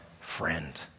friend